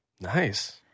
Nice